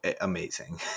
amazing